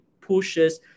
pushes